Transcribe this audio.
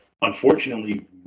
unfortunately